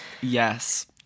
yes